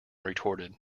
retorted